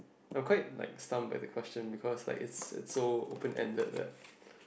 I am quite like stunt by the question because like it's it's so open ended that